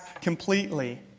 completely